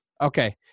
Okay